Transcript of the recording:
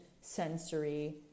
sensory